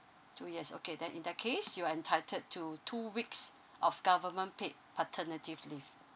two years okay then in that case you're entitled to two weeks of government paid paternity leave